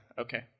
okay